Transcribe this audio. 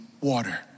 water